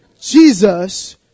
Jesus